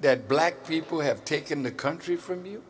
that black people have taken the country from you